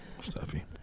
Stuffy